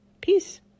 Peace